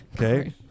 okay